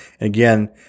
again